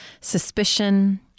Suspicion